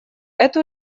эту